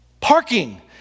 Parking